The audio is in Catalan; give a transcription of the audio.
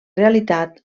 realitat